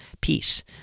peace